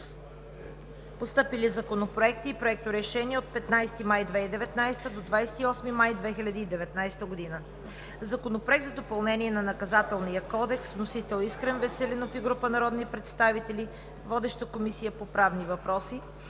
Постъпили законопроекти и проекторешения от 15 май 2019 г. до 28 май 2019 г.: Законопроект за допълнение на Наказателния кодекс. Вносители: Искрен Веселинов и група народни представители. Водеща е Комисията по правни въпроси.